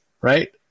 right